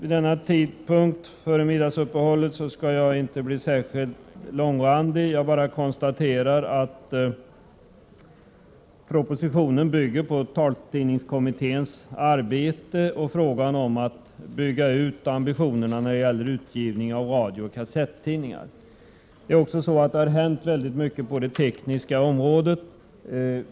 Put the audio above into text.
Jag skall så här strax före middagsuppehållet inte bli särskilt långrandig. Jag vill inledningsvis bara konstatera att propositionen bygger på taltidningskommitténs arbete när det gäller ambitionerna att öka utgivningen av radiooch kassettidningar. Det har hänt väldigt mycket på det tekniska området.